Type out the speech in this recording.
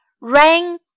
Rain